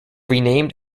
renamed